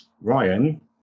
Ryan